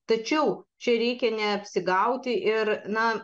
tačiau čia reikia neapsigauti ir na